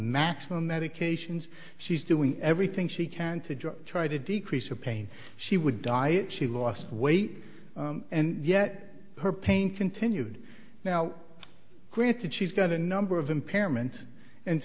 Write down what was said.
maximum medications she's doing everything she can to try to decrease a pain she would die if she lost weight and yet her pain continued now granted she's got a number of impairment and